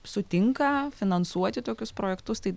sutinka finansuoti tokius projektus tai